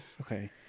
Okay